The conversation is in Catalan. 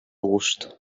gust